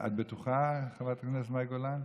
את בטוחה, חברת הכנסת מאי גולן?